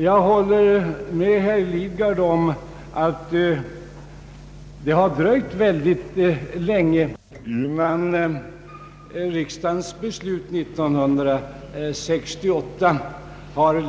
Jag håller med herr Lidgard om att det har dröjt väldigt länge innan riksdagens beslut 1968